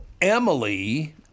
Emily